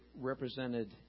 represented